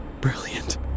Brilliant